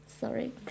sorry